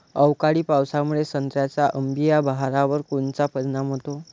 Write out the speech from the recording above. अवकाळी पावसामुळे संत्र्याच्या अंबीया बहारावर कोनचा परिणाम होतो?